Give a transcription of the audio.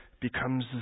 becomes